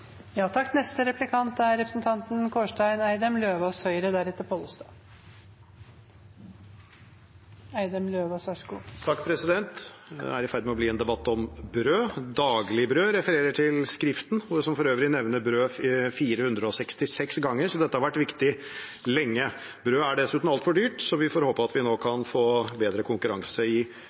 er i ferd med å bli en debatt om brød. Det daglige brød refererer til Skriften, som for øvrig nevner «brød» 466 ganger, så dette har vært viktig lenge. Brød er dessuten altfor dyrt, så vi får håpe at vi nå kan få bedre konkurranse i